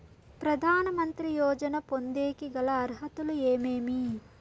ప్రధాన మంత్రి యోజన పొందేకి గల అర్హతలు ఏమేమి?